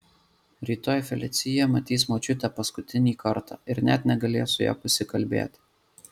rytoj felicija matys močiutę paskutinį kartą ir net negalės su ja pasikalbėti